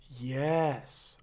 Yes